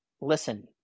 listen